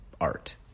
art